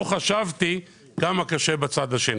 לא חשבתי כמה קשה בצד השני.